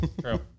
True